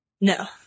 No